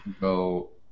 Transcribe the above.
go